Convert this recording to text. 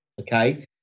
okay